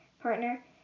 partner